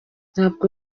ntabwo